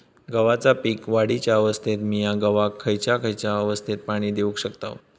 गव्हाच्या पीक वाढीच्या अवस्थेत मिया गव्हाक खैयचा खैयचा अवस्थेत पाणी देउक शकताव?